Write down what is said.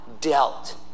dealt